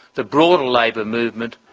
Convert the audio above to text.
the broader labor movement,